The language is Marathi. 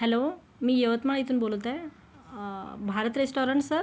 हॅलो मी यवतमाळ इथून बोलत आहे भारत रेस्टॉरंट सर